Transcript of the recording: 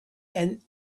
and